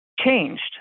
Changed